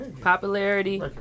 Popularity